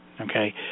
okay